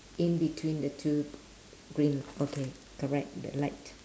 in between the two green okay correct the light